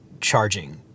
charging